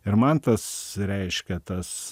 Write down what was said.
ir man tas reiškia tas